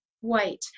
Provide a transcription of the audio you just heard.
white